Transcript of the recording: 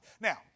Now